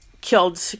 killed